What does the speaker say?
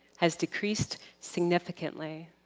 has decreased significantly.